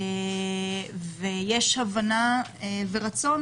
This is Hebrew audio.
ויש הבנה ורצון